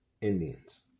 Indians